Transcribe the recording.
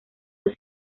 los